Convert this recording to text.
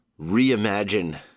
reimagine